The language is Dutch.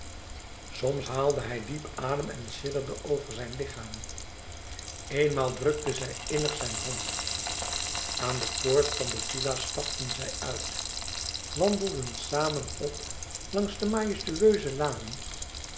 soms haalde hij diep adem en sidderde hij over zijn lichaam eenmaal drukte zij innig zijn hand aan de poort van de villa stapten zij uit wandelden samen op langs de majestueuze lanen